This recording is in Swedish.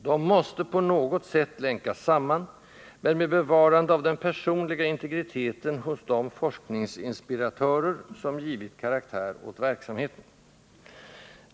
De måste på något sätt länkas samman, men med bevarande av den personliga integriteten hos de forskningsinspiratörer, som givit karaktär åt verksamheten.